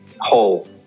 whole